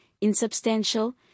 insubstantial